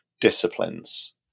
disciplines